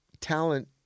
Talent